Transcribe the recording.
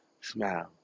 smile